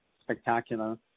spectacular